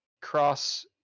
cross